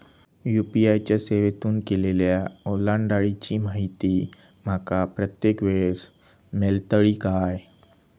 UPI च्या सेवेतून केलेल्या ओलांडाळीची माहिती माका प्रत्येक वेळेस मेलतळी काय?